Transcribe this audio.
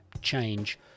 change